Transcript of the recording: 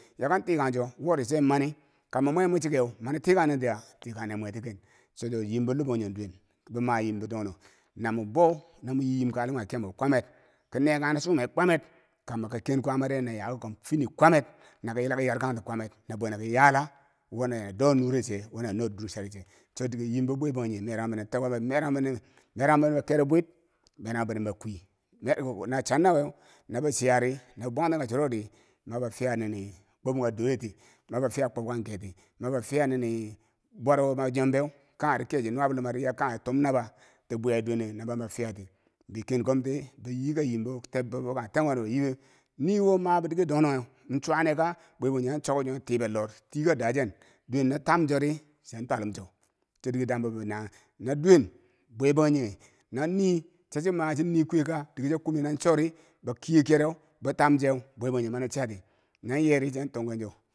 Ya kan tikangcho wori che mani kambo mwe mwichikeu manitikan nentiya tikannan mwetiken chocho yimbo labangjong duwen bo mayimbo dong dong namo bou na moyiyim kalem kanghe kem mwebo kwamet ko nakang nachunghume kwamet kambo ka ken kwaama ri na ya kikom fini kwamet naka yila ka yar kanti kwamet na bwe naki yala wo na ya do nure che wo na nod duur chari chedti cho dike yimbo bwe Bangjinghe merang bineneu tukabeu meranbinen, merangbinen bo kero bwid merangbinenbo kwii wona channawe no ba chayari na bwangten ka churo di mabo fiya minie kwobka dure ti mabo fiyi kwobkangketi mabo fiya ninii bwaro mo nyombeu kari keche nuwabo lumare yau kanghetum naba ti bweyim duwene naba ba fiyati me kenkomti biyi kayimbo tebbebo yi kangheten kwaanob bebo yimeu niwo ma bo diker dong donghe chwaane fa bwe Bangjinghe an choku tiber lor yi ka dachen duwen non tamchori chian twallum cho chodike dambo mene no duwen bwe Bangjinghe non ni cha chi ma chin nii kwuye ka dike cho kummeu non cho ri bokeyi kero bo tamcheu bwe Bangjinghe mania chiya ti no yeri chian tungken cho.